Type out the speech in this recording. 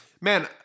man